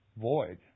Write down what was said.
void